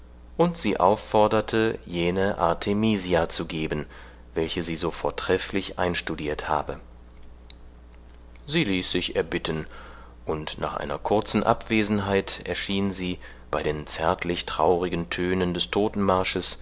und sie aufforderte jene artemisia zu geben welche sie so vortrefflich einstudiert habe sie ließ sich erbitten und nach einer kurzen abwesenheit erschien sie bei den zärtlich traurigen tönen des totenmarsches